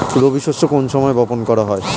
রবি শস্য কোন সময় বপন করা হয়?